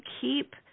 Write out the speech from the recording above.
keep